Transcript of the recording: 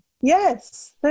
Yes